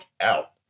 out